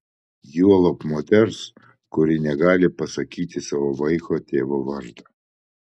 juolab moters kuri negali pasakyti savo vaiko tėvo vardo